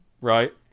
right